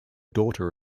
daughter